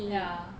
ya